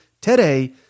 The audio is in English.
today